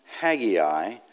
Haggai